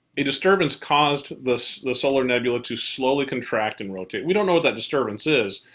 a disturbance caused this the solar nebula too slowly contract and rotate. we don't know what that disturbance is.